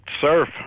surf